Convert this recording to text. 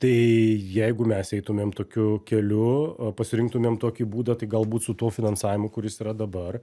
tai jeigu mes eitumėm tokiu keliu pasirinktumėm tokį būdą tai galbūt su tuo finansavimu kuris yra dabar